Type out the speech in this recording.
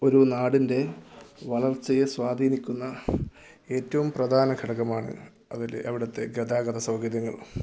ഒരു നാടിൻ്റെ വളർച്ചയെ സ്വാധീനിക്കുന്ന ഏറ്റവും പ്രധാന ഘടകമാണ് അവരുടെ അവിടുത്തെ ഗതാഗത സൗകര്യങ്ങൾ